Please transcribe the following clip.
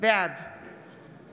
בעד